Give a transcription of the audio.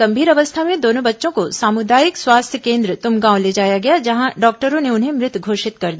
गंभीर अवस्था में दोनों बच्चों को सामुदायिक स्वास्थ्य केन्द्र तुमगांव ले जाया गया जहां डॉक्टरों ने उन्हें मृत घोषित कर दिया